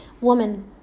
Woman